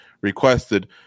requested